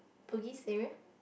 Bugis area